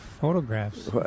Photographs